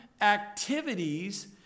activities